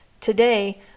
Today